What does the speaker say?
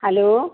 hello